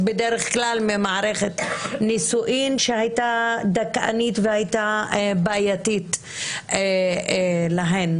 בדרך כלל ממערכת נישואים שהייתה דכאנית והייתה בעייתית להן.